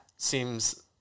Seems